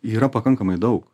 yra pakankamai daug